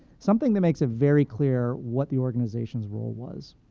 something that makes it very clear what the organization's role was.